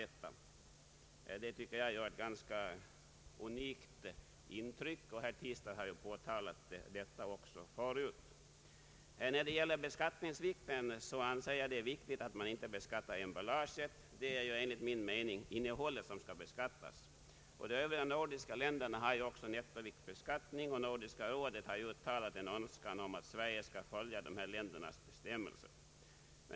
Detta gör ett unikt intryck, och herr Tistad har redan påtalat saken. När det gäller beskattningsvikten anser jag att man inte bör beskatta emballaget. Enligt min mening är det innehållet som skall beskattas. De övriga nordiska länderna har nettoviktbeskattning, och Nordiska rådet har uttalat en önskan om att Sverige skall följa dessa länders exempel.